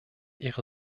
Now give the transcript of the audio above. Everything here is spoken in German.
ihre